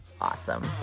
awesome